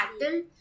battle